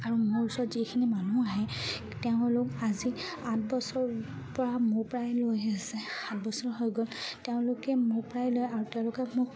আৰু মোৰ ওচৰত যিখিনি মানুহ আহে তেওঁলোক আজি আঠ বছৰ পৰা মোৰ প্ৰায় লৈ আছে সাত বছৰ হৈ গ'ল তেওঁলোকে মোৰ প্ৰায় লৈ আৰু তেওঁলোকে মোক